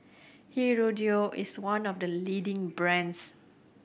Hirudoid is one of the leading brands